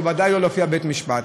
ובוודאי לא להופיע בבית-משפט.